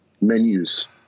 menus